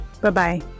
Bye-bye